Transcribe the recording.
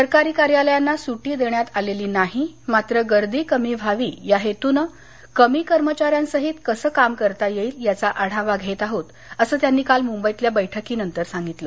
सरकारी कार्यालयांना सुट्टी देण्यात आलेली नाही मात्र गर्दी कमी व्हावी या हेतुनं कमी कर्मचाऱ्यांसहित कसं काम करता येईल याचा आढावा घेत आहोत असं त्यांनी काल मुंबईतल्या बैठकीनंतर सांगितलं